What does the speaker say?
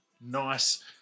Nice